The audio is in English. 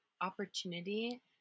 opportunity